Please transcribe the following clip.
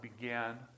began